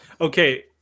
Okay